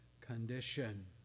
condition